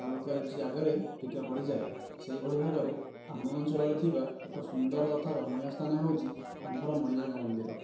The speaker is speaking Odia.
କରୁକାର୍ଯ୍ୟ ଆଗରେ ଫିକା ପଡ଼ିଯାଏ ସେହିଭଳି ଭାବରେ ଆମ ଅଞ୍ଚଳରେ ଥିବା ଏକ ସୁନ୍ଦର ତଥା ରମଣୀୟ ସ୍ଥାନ ହେଉଛି ଆମ୍ଭର ମଣିନାଗ ମନ୍ଦିର